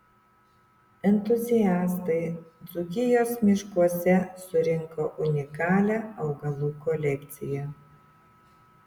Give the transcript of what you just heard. entuziastai dzūkijos miškuose surinko unikalią augalų kolekciją